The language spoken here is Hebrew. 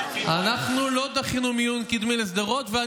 מיון קדמי לשדרות.